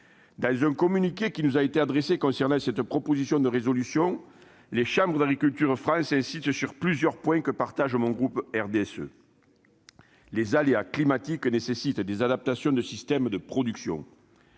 Dans un communiqué qui nous a été adressé concernant cette proposition de résolution, Chambres d'agriculture France insiste sur plusieurs points que partage mon groupe. Les aléas climatiques rendent nécessaires les adaptations des systèmes de production.